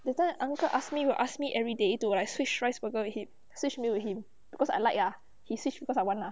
that time uncle ask me will ask me everyday need to like switch rice burger with him switched meal with him because I like ah he switch because I want ah